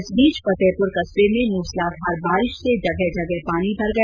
इस बीच फतेहपुर कस्बे में मूसलाघार बारिश से जगह जगह पानी भर गया